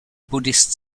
buddhist